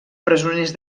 presoners